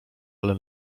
ale